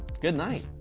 good night.